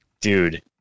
dude